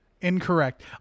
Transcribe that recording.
Incorrect